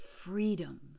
freedom